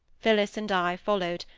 phillis and i followed,